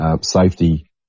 Safety